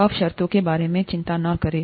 अब शर्तों के बारे में चिंता न करें